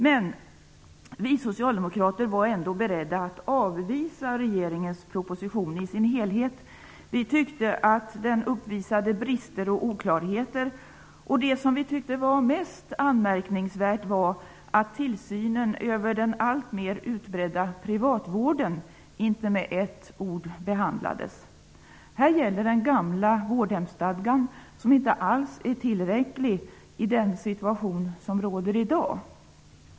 Men vi socialdemokrater var ändå beredda att avvisa regeringens proposition i sin helhet. Vi tyckte att den uppvisade brister och oklarheter. Det som vi tyckte var mest anmärkningsvärt var att tillsynen över den alltmer utbredda privatvården inte med ett ord behandlades. Här gäller den gamla vårdhemsstadgan som inte alls är tillräcklig i den situation som råder i dag.